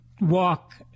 walk